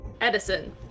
Edison